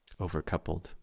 Overcoupled